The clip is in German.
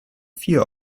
vier